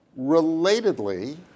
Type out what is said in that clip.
Relatedly